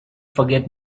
forget